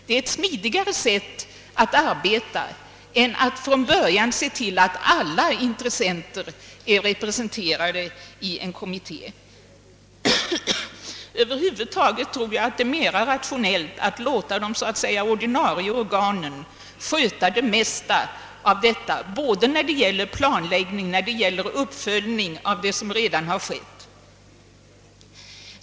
Det är ett smidigare sätt att arbeta än att från början sörja för att alla intressenter är representerade i kommittén. Över huvud taget tror jag att det är mera rationellt att låta de så att säga ordinarie organen sköta det mesta av detta både när det gäller planläggning och uppföljning av det som redan har gjorts.